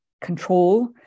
control